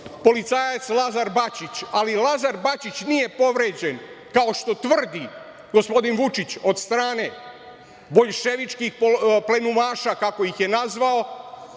policajac Lazar Bačić, ali Lazar Bačić nije povređen, kao što tvrdi gospodin Vučić, od strane boljševičkih plenumaša, kako ih je nazvao,